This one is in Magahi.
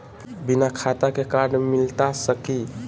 बिना खाता के कार्ड मिलता सकी?